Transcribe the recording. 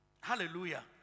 Hallelujah